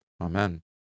Amen